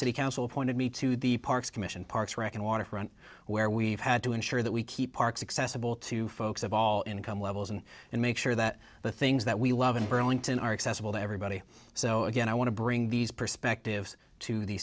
city council appointed me to the parks commission parks reckon waterfront where we've had to ensure that we keep parks accessible to folks of all income levels and and make sure that the things that we love in burlington are acceptable to everybody so again i want to bring these perspectives to the